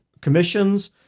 commissions